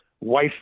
wife